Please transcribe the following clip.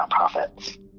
nonprofits